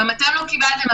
וגם אתם לא קיבלתם,